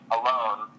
alone